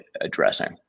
addressing